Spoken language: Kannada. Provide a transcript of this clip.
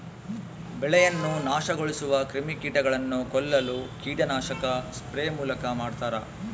ಬೆಳೆಯನ್ನು ನಾಶಗೊಳಿಸುವ ಕ್ರಿಮಿಕೀಟಗಳನ್ನು ಕೊಲ್ಲಲು ಕೀಟನಾಶಕ ಸ್ಪ್ರೇ ಮೂಲಕ ಮಾಡ್ತಾರ